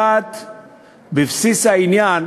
נוגעת בבסיס העניין